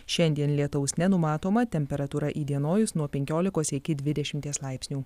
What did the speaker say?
šiandien lietaus nenumatoma temperatūra įdienojus nuo penkiolikos iki dvidešimties laipsnių